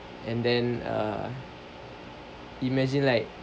and then uh imagine like